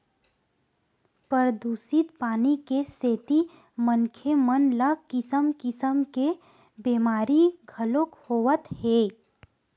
परदूसित पानी के सेती मनखे मन ल किसम किसम के बेमारी घलोक होवत हे